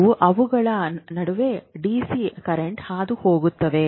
ಅದು ಅವುಗಳ ನಡುವೆ ಡಿಸಿ ಕರೆಂಟ್ ಹಾದುಹೋಗುತ್ತದೆ